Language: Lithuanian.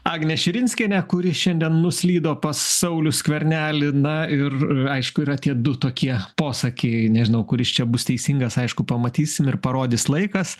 agnę širinskienę kuri šiandien nuslydo pas saulių skvernelį na ir aišku yra tie du tokie posakiai nežinau kuris čia bus teisingas aišku pamatysim ir parodys laikas